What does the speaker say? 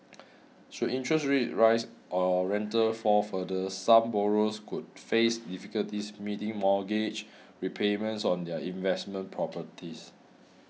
should interest rates rise or rentals fall further some borrowers could face difficulties meeting mortgage repayments on their investment properties